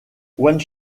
one